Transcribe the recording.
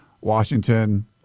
Washington